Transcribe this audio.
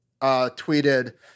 tweeted